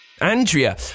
Andrea